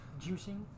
Juicing